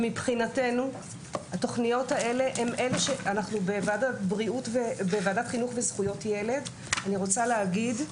אנחנו בוועדת חינוך וזכויות ילד אני רוצה להגיד,